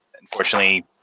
unfortunately